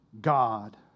God